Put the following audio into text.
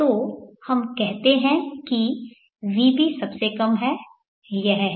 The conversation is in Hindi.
तो हम कहते हैं कि vb सबसे कम है यह है